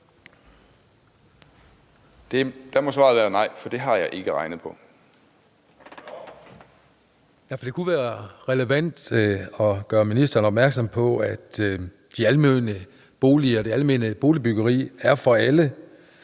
Spørgeren. Kl. 17:09 Troels Ravn (S): Det kunne være relevant at gøre ministeren opmærksom på, at de almene boliger og det almene boligbyggeri er for alle,